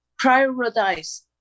prioritize